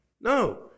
No